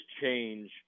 change